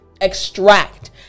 extract